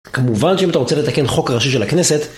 כמובן שאם אתה רוצה לתקן חוק ראשי של הכנסת